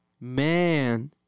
Man